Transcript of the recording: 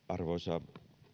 arvoisa